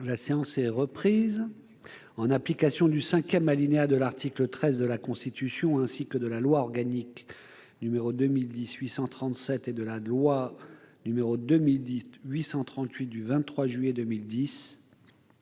La séance est reprise. En application du cinquième alinéa de l'article 13 de la Constitution, ainsi que de la loi organique n° 2010-837 et de la loi n° 2010-838 du 23 juillet 2010